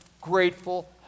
grateful